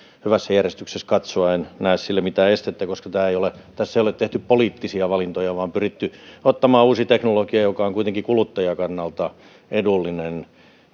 hyvässä järjestyksessä katsoa en näe sille mitään estettä koska tässä ei ole tehty poliittisia valintoja vaan pyritty ottamaan käyttöön uusi teknologia joka on kuitenkin kuluttajan kannalta edullinen